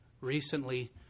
recently